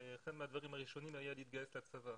שאחד הדברים הראשונים היה להתגייס לצבא.